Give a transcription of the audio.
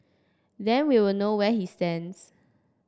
then we will know where he stands